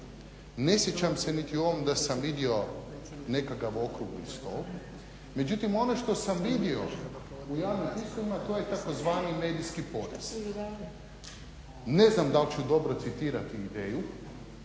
Ne sjećam se niti u ovom da sam vidio nekakav okrugli stol. Međutim ono što sam vidio u javnim tiskovima to je tzv. medijski porez. Ne znam dal ću dobro citirati ideju,